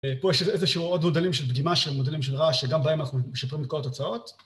א פה יש איזשהו עוד מודלים של דגימה של מודלים של רעש שגם בהם אנחנו משפרים את כל התוצאות